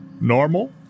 normal